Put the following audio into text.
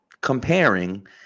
comparing